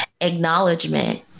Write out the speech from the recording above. acknowledgement